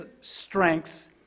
strengths